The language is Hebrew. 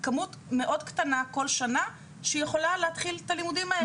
כמות מאוד קטנה כל שנה שיכולה להתחיל את הלימודים האלה.